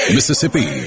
Mississippi